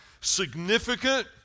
significant